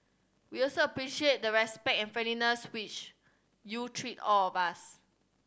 we also appreciate the respect and friendliness which you treat all of us